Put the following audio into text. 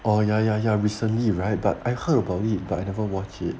oh ya ya ya recently right but I heard about it but I never watch it